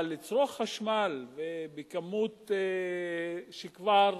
אבל לצרוך חשמל, ובכמות שהיא כבר